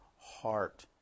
heart